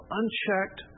unchecked